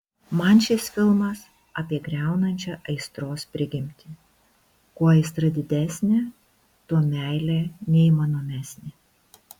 man šis filmas apie griaunančią aistros prigimtį kuo aistra didesnė tuo meilė neįmanomesnė